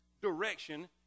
direction